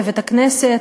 בבית-הכנסת,